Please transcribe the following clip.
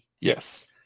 Yes